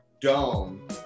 dome